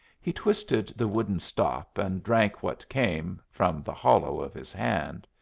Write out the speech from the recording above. he twisted the wooden stop and drank what came, from the hollow of his hand.